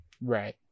Right